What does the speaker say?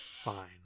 fine